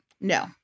No